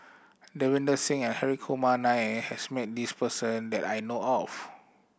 Davinder Singh and Hri Kumar Nair has met this person that I know of